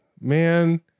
Man